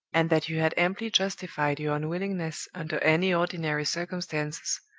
and that you had amply justified your unwillingness under any ordinary circumstances,